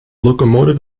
locomotive